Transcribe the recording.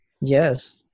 yes